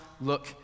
look